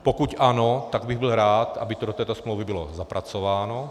Pokud ano, tak bych byl rád, aby to do této smlouvy bylo zapracováno.